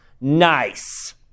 nice